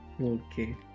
Okay